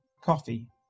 Coffee